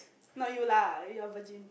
not you lah you're virgin